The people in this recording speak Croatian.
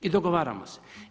I dogovaramo se.